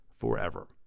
forever